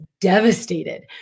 devastated